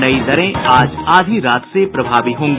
नई दरें आज आधी रात से प्रभावी होंगी